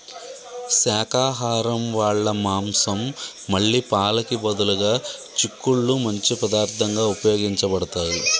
శాకాహరం వాళ్ళ మాంసం మళ్ళీ పాలకి బదులుగా చిక్కుళ్ళు మంచి పదార్థంగా ఉపయోగబడతాయి